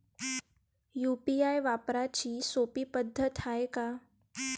UPI वापराची सोपी पद्धत हाय का?